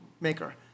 maker